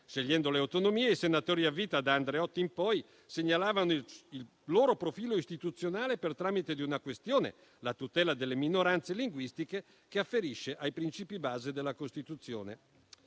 per le Autonomie, i senatori a vita, da Andreotti in poi, segnalavano il loro profilo istituzionale per tramite di una questione: la tutela delle minoranze linguistiche, che afferisce ai principi base della Costituzione.